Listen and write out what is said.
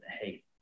hey